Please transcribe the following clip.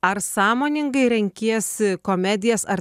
ar sąmoningai renkiesi komedijas ar